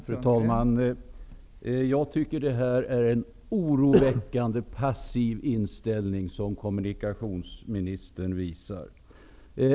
Fru talman! Jag tycker att det är en oroväckande passiv inställning som kommunikationsministern visar upp.